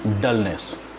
dullness